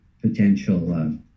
potential